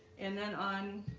and then on